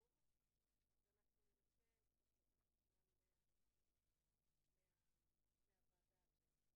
אז אנחנו ננסה לקחת קצת זמן מהוועדה הזו.